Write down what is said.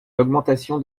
l’augmentation